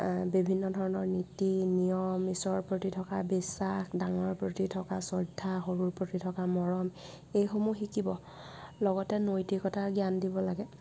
বিভিন্ন ধৰণৰ নীতি নিয়ম ঈশ্বৰৰ প্ৰতি থকা বিশ্বাস ডাঙৰৰ প্ৰতি থকা শ্ৰদ্ধা সৰুৰ প্ৰতি থকা মৰম এই সমূহ শিকিব লগতে নৈতিকতাৰ জ্ঞান দিব লাগে